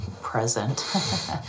present